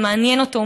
זה מעניין אותו,